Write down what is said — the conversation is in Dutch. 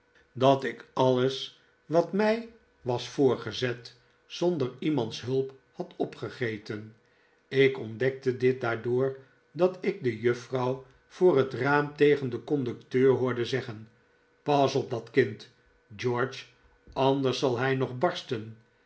dat ik alles wat mij was voorgezet zonder iemands hulp had opgegeten ik ontdekte dit daardoor dat ik de juffrouw voor het raam tegen den conducteur hoorde zeggen pas op dat kind george anders zal hij nog barsten